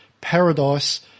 paradise